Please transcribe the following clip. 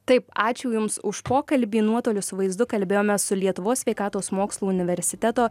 taip ačiū jums už pokalbį nuotoliu su vaizdu kalbėjomės su lietuvos sveikatos mokslų universiteto